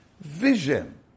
Vision